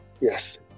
yes